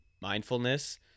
mindfulness